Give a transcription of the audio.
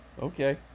Okay